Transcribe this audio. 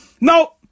no